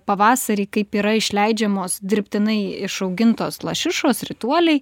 pavasarį kaip yra išleidžiamos dirbtinai išaugintos lašišos rituoliai